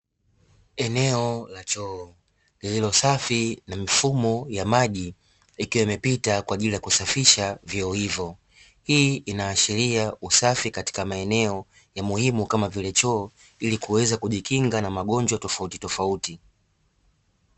Eneo la choo lililo safi na mifumo ya maji ikiwa imepita kwa ajili ya kusafisha vyoo hivyo. Hii inaashiria usafi katika maeneo ni muhimu kama vile choo ili kuweza kujikinga na magojwa tofauti tofauti.